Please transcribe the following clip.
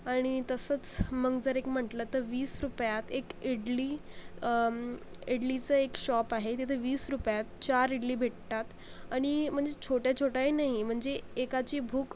आणि तसचं मग जर एक म्हटलं तर वीस रुपयात एक इडली इडलीचं एक शॉप आहे तिथं वीस रुपयात चार इडली भेटतात आणि म्हणजे छोट्या छोट्याही नाही म्हणजे एकाची भूक